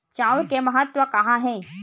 चांउर के महत्व कहां हे?